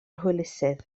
hwylusydd